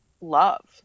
love